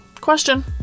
Question